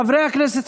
חברי הכנסת,